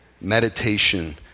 meditation